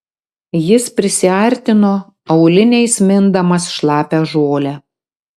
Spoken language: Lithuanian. jis prisiartino auliniais mindamas šlapią žolę